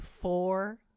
four